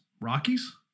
Rockies